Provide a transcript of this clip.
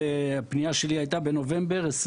הפנייה שלי הייתה בנובמבר 21